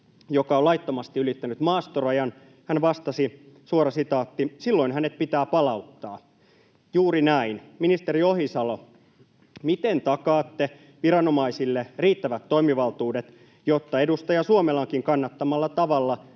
joka on laittomasti ylittänyt maastorajan, hän vastasi: ”Silloin hänet pitää palauttaa”. Juuri näin. Ministeri Ohisalo, miten takaatte viranomaisille riittävät toimivaltuudet, jotta edustaja Suomelankin kannattamalla tavalla